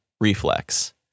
reflex